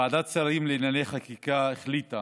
ועדת שרים לענייני חקיקה החליטה